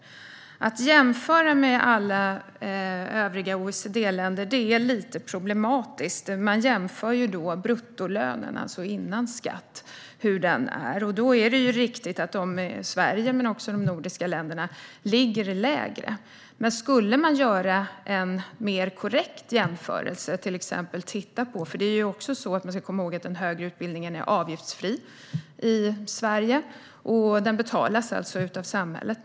Att jämföra med alla övriga OECD-länder är lite problematiskt. Man jämför då bruttolönerna, alltså lön före skatt. Det är riktigt att de i Sverige men också i de övriga nordiska länderna ligger lägre. Men man kan göra en mer korrekt jämförelse. Man ska komma ihåg att den högre utbildningen är avgiftsfri i Sverige. Den betalas alltså av samhället.